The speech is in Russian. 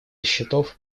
счетов